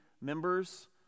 members